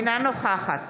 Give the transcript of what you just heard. אינה נוכחת